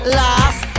last